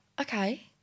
Okay